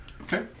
Okay